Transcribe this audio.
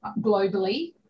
globally